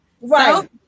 Right